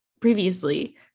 previously